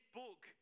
book